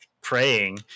praying